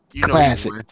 classic